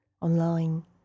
online